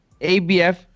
ABF